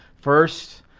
First